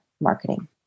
marketing